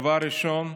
דבר ראשון,